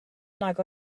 nag